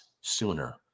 sooner